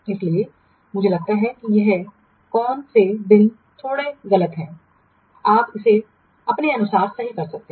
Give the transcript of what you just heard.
इसलिए मुझे लगता है कि यह कौन से दिन थोड़े गलत हैं आप अपने अनुसार सही कर सकते हैं